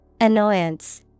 Annoyance